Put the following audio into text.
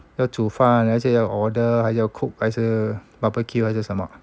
要煮饭还是要 order 还要 cook 还是 barbecue 还是什么